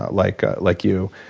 like like you.